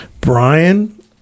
Brian